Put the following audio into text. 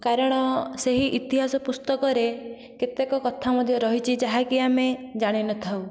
କାରଣ ସେହି ଇତିହାସ ପୁସ୍ତକରେ କେତେକ କଥା ମଧ୍ୟ ରହିଛି ଯାହାକି ଆମେ ଜାଣି ନଥାଉ